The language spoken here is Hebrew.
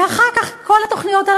ואחר כך כל התוכניות על